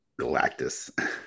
Galactus